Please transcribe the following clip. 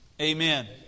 Amen